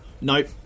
nope